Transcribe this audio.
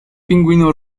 pingüino